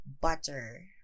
Butter